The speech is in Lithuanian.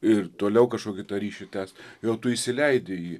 ir toliau kažkokį tą ryšį tęst jau tu įsileidi jį